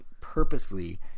purposely